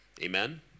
Amen